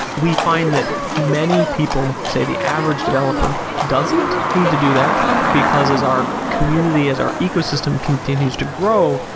we find that many people say the average developer doesn't need to do that because as our community as our ecosystem continuous to grow,